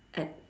at